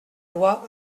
loi